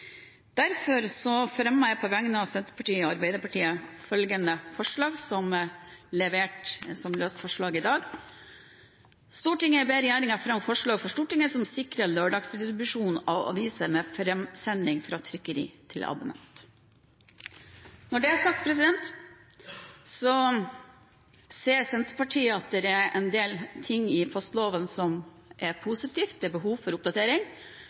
fremmer jeg på vegne av Senterpartiet og Arbeiderpartiet følgende forslag, som er levert som løst forslag i dag: «Stortinget ber regjeringen fremme forslag for Stortinget som sikrer lørdagsdistribusjon av aviser med fremsending fra trykkeri til abonnent.» Når det er sagt, ser Senterpartiet at det er en del ting i postloven som er positivt. Det er behov for oppdatering,